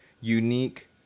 unique